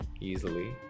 easily